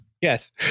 Yes